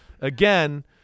again